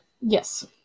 Yes